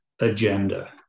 agenda